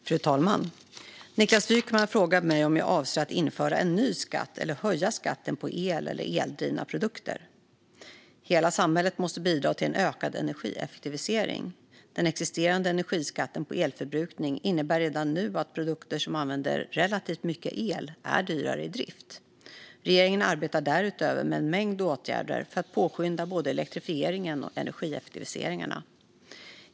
Fru talman! Niklas Wykman har frågat mig om jag avser att införa en ny skatt, eller höja skatten, på el eller eldrivna produkter. Hela samhället måste bidra till en ökad energieffektivisering. Den existerande energiskatten på elförbrukning innebär redan nu att produkter som använder relativt mycket el är dyrare i drift. Regeringen arbetar därutöver med en mängd åtgärder för att påskynda både elektrifieringen och energieffektiviseringarna.